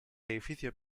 edificio